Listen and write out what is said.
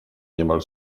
niemal